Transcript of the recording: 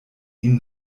ihn